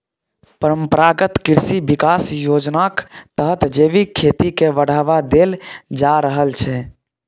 परंपरागत कृषि बिकास योजनाक तहत जैबिक खेती केँ बढ़ावा देल जा रहल छै